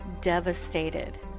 devastated